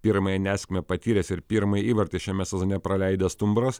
pirmąją nesėkmę patyręs ir pirmąjį įvartį šiame sezone praleidęs stumbras